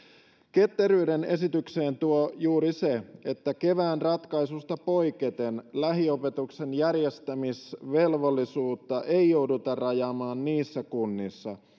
ketteryyden esitykseen tuo juuri se että kevään ratkaisusta poiketen lähiopetuksen järjestämisvelvollisuutta ei jouduta rajaamaan niissä kunnissa